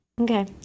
Okay